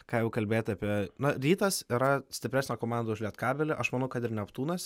ką jau kalbėt apie na rytas yra stipresnė komanda už lietkabelį aš manau kad ir neptūnas